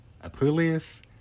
Apuleius